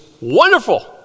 wonderful